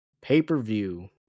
pay-per-view